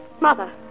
Mother